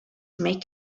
make